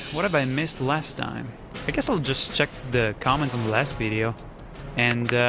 what have i missed last time. i guess i'll just check the comments on the last video and. gh!